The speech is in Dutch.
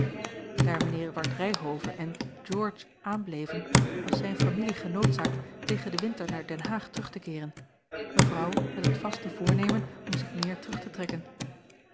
daar mijnheer ward ryhove en george aanbleven was zijne familie genoodzaakt tegen den winter naar den haag terug te keeren mevrouw met het vaste voornemen om zich meer terug te trekken